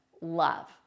love